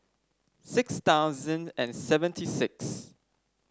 six thousand and seventy sixth